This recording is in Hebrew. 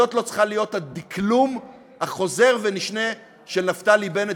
זה לא צריך להיות הדקלום החוזר ונשנה של נפתלי בנט.